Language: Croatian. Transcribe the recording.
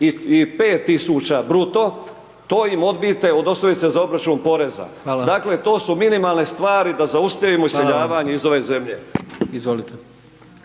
i 5000 bruto, to im odbijte od osnovice za obračun poreza. Dakle, to su minimalne stvari da zaustavimo iseljavanje iz ove zemlje.